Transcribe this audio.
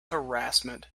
harassment